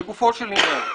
לגופו של עניין,